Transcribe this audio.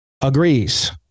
agrees